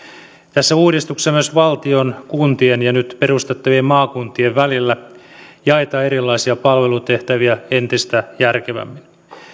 tässä uudistuksessa myös valtion kuntien ja nyt perustettavien maakuntien välillä jaetaan erilaisia palvelutehtäviä entistä järkevämmin